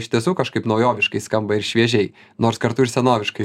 iš tiesų kažkaip naujoviškai skamba ir šviežiai nors kartu ir senoviškai